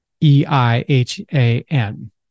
E-I-H-A-N